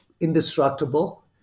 indestructible